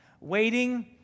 Waiting